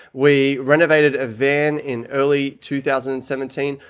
we renovated a van in early two thousand and seventeen,